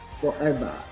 forever